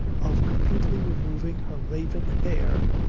of completely removing her raven hair,